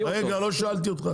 ₪?